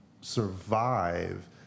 survive